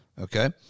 Okay